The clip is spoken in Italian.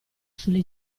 sulle